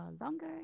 longer